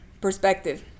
perspective